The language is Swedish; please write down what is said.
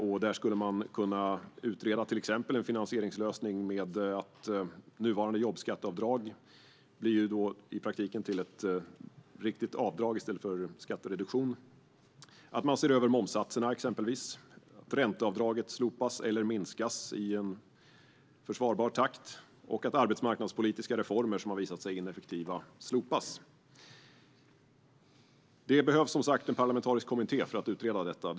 I kommittén skulle man kunna utreda en finansieringslösning där nuvarande jobbskatteavdrag i praktiken blir ett riktigt avdrag i stället för en skattereduktion. Man skulle kunna se över momssatserna. Ränteavdraget skulle kunna slopas eller minskas i försvarbar takt, och arbetsmarknadspolitiska reformer som visat sig ineffektiva skulle kunna slopas.